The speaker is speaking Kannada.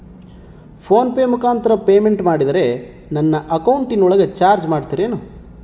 ಫೋನ್ ಪೆ ಮುಖಾಂತರ ಪೇಮೆಂಟ್ ಮಾಡಿದರೆ ನನ್ನ ಅಕೌಂಟಿನೊಳಗ ಚಾರ್ಜ್ ಮಾಡ್ತಿರೇನು?